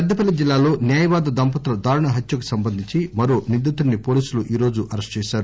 పెద్దపల్లి జిల్లాలో న్యాయవాద దంపతుల దారుణ హత్యకు సంబంధించి మరో నిందితుడ్సి పోలీసులు ఈ రోజు అరెస్టు చేశారు